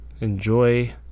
Enjoy